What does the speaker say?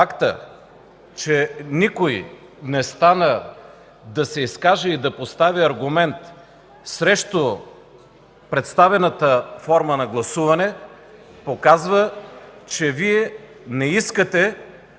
Фактът, че никой не стана да се изкаже и да постави аргумент срещу представената форма на гласуване показва, че Вие не искате